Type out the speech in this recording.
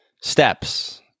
steps